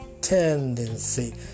tendency